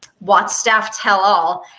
wots staff tell all.